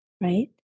right